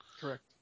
Correct